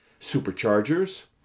superchargers